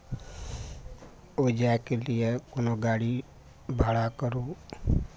ओहि जायके लिए कोनो गाड़ी भाड़ा करू